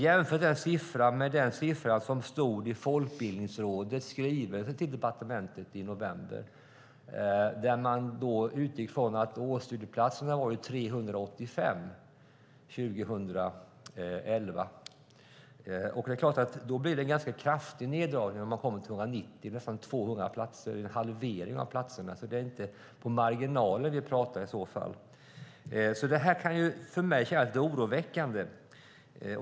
Jämför man den siffran med den siffra som fanns i Folkbildningsrådets skrivelse till departementet i november, där man utgick från att antalet årsstudieplatser var 385 år 2011, blir det en ganska kraftig neddragning med nästan 200 platser. Det är en halvering av platserna, inte en minskning på marginalen. Detta kan för mig kännas lite oroväckande.